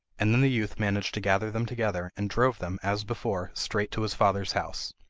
and then the youth managed to gather them together, and drove them, as before, straight to his father's house.